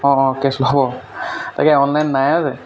অঁ অঁ কেছ হ'ব তাকে অনলাইন নাই